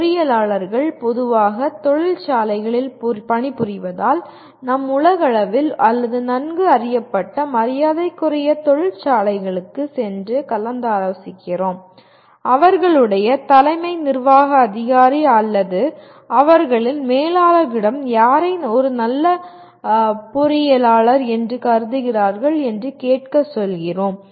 பொறியியலாளர்கள் பொதுவாக தொழில் சாலைகளில் பணிபுரிவதால் நாம் உலகளவில் அல்லது நன்கு அறியப்பட்ட மரியாதைக்குரிய தொழில் சாலைகளுக்கு சென்று கலந்தாலோசிக்கிறோம் அவர்களுடைய தலைமை நிர்வாக அதிகாரி அல்லது அவர்களின் மேலாளர்களிடம் யாரை நல்ல பொறியியலாளர் என்று கருதுகிறார்கள் என்று கேட்கச் சொல்கிறோம்